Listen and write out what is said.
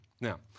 Now